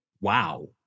Wow